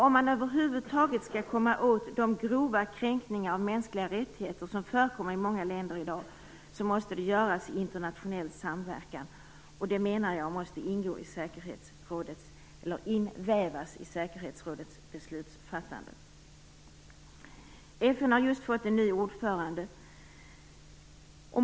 Om man över huvud taget skall kunna komma åt de grova kränkningar av mänskliga rättigheter som förekommer i många länder i dag, måste det göras i internationell samverkan, och jag menar att detta måste invävas i säkerhetsrådets beslutsfattande. FN har just fått en ny ordförande.